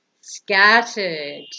scattered